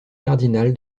cardinal